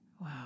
Wow